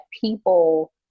people